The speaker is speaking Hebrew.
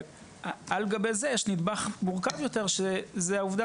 על גבי זה יש נדבך מורכב יותר שזה העובדה